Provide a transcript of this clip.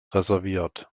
reserviert